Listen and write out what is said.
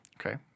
Okay